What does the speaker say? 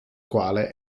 quale